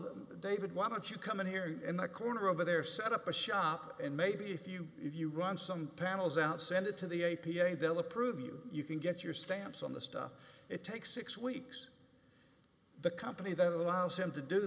them david why don't you come in here in the corner over there set up a shop and maybe if you if you run some panels out send it to the a p a they'll approve you you can get your stamps on the stuff it takes six weeks the company that allows them to do